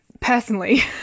Personally